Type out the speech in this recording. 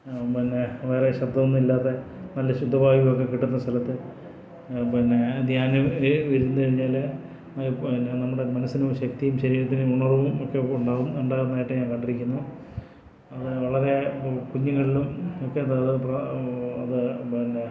പിന്നെ വേറെ ശബ്ദം ഒന്നും ഇല്ലാതെ നല്ല ശുദ്ധവായു ഒക്കെ കിട്ടുന്ന സ്ഥലത്ത് പിന്നെ ധ്യാനം ഇരുന്ന് കഴിഞ്ഞാൽ പിന്നെ നമ്മുടെ മനസ്സിനും ശക്തിയും ശരീരത്തിനും ഉണർവും ഒക്കെ ഉണ്ടാവും ഉണ്ടാവുന്നതായിട്ട് ഞാൻ കണ്ടിരിക്കുന്നു അതുപോലെ തന്നെ വളരെ കുഞ്ഞുങ്ങളിലും ഒക്കെ നമ്മൾ ഇപ്പോൾ അത് പിന്നെ